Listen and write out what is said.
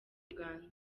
uganda